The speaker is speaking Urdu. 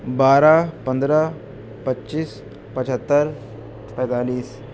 بارہ پندرہ پچیس پچہتر پینتالیس